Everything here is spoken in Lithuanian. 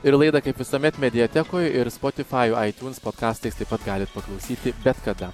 ir laidą kaip visuomet mediatekoje ir spotifai aitiūns potkastais taip pat galit paklausyti bet kada